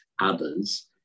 others